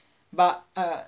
but uh